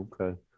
Okay